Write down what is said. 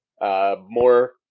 More